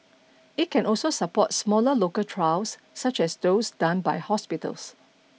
it can also support smaller local trials such as those done by hospitals